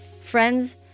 Friends